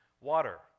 water